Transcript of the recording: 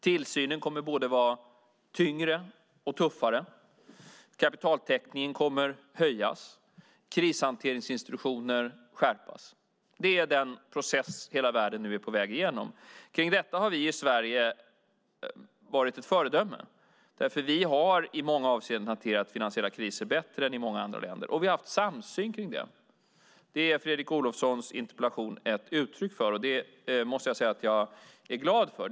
Tillsynen kommer att vara både tyngre och tuffare. Kapitaltäckningen kommer att höjas. Krishanteringsinstitutioner kommer att skärpas. Det är den process som hela världen nu är på väg igenom. I detta har vi i Sverige varit ett föredöme. Vi har i flera avseenden hanterat finansiella kriser bättre än många andra länder, och vi har haft en samsyn när det gäller detta. Det är Fredrik Olovssons interpellation ett uttryck för, och det är jag glad för.